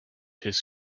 his